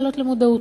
להעלות למודעות.